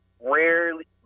rarely